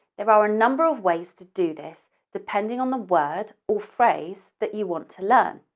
there are a number of ways to do this depending on the word or phrase that you want to learn.